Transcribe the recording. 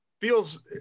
Feels